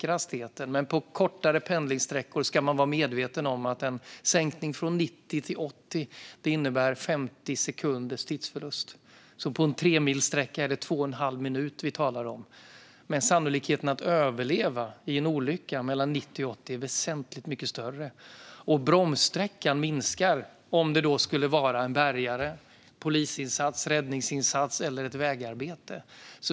Men man ska vara medveten om att på kortare pendlingssträckor innebär en sänkning från 90 till 80 kilometer i timmen 50 sekunders tidsförlust. På en tremilssträcka är det alltså två och en halv minut vi talar om. Men sannolikheten att överleva i en olycka är väsentligt mycket större om man minskar hastigheten från 90 till 80. Dessutom minskar bromssträckan - om man till exempel skulle behöva bromsa för en bärgare, en polisinsats, en räddningsinsats eller ett vägarbete.